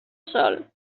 sol